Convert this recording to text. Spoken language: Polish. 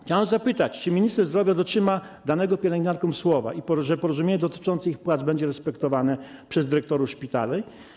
Chciałem zapytać: Czy minister zdrowia dotrzyma słowa danego pielęgniarkom i porozumienie dotyczące ich płac będzie respektowane przez dyrektorów szpitali?